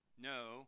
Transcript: no